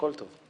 הכול טוב.